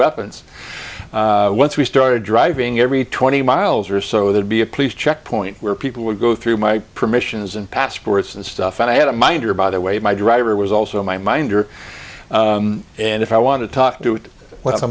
weapons once we started driving every twenty miles or so there'd be a police checkpoint where people would go through my permissions and passports and stuff and i had a minder by the way my driver was also my minder and if i want to talk to